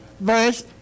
verse